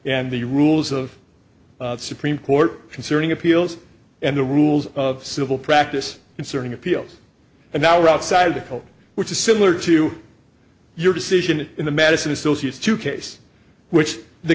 and the rules of supreme court concerning appeals and the rules of civil practice concerning appeals and now we're outside the court which is similar to your decision in the madison associates two case which the